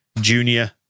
Junior